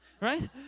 right